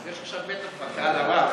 יש עכשיו מתח בקהל הרב.